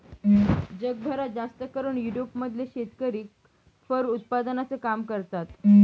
जगभरात जास्तकरून युरोप मधले शेतकरी फर उत्पादनाचं काम करतात